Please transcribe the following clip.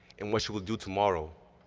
and what you will do tomorrow,